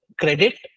credit